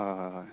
হয় হয় হয়